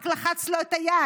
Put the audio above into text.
רק לחץ לו את היד.